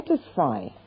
satisfy